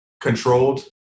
controlled